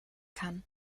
kann